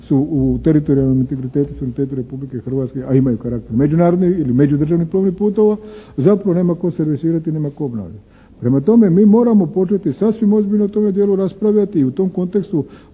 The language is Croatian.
su teritorijalnom integritetu, suverenitetu Republike Hrvatske, a imaju karakter međunarodnih ili međudržavnih plovnih putova. Zapravo nema tko servisirati i nema tko … /Govornik se ne razumije./ … Prema tome mi moramo početi sasvim ozbiljno o tome dijelu raspravljati i u tom kontekstu